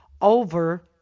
over